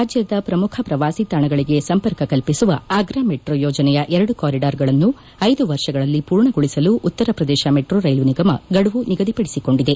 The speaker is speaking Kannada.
ರಾಜ್ಕದ ಪ್ರಮುಖ ಪ್ರವಾಸಿತಾಣಗಳಿಗೆ ಸಂಪರ್ಕ ಕಲ್ಪಿಸುವ ಆಗ್ರಾ ಮಟ್ರೋ ಯೋಜನೆಯ ಎರಡು ಕಾರಿಡಾರ್ಗಳನ್ನು ಐದು ವರ್ಷಗಳಲ್ಲಿ ಪೂರ್ಣಗೊಳಿಸಲು ಉತ್ತರ ಪ್ರದೇಶ ಮೆಟ್ರೋ ರೈಲು ನಿಗಮ ಗಡುವು ನಿಗದಿಪಡಿಸಿಕೊಂಡಿದೆ